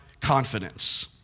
confidence